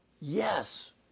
Yes